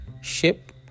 ship